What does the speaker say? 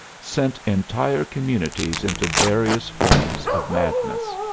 sent entire communities into various forms of madness.